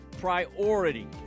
priority